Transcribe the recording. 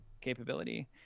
capability